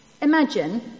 Imagine